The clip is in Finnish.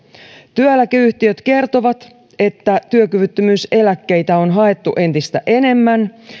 työeläkeyhtiöt kertovat että työkyvyttömyyseläkkeitä on haettu entistä enemmän